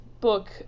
book